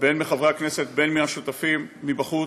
בין מחברי הכנסת בין מהשותפים מבחוץ,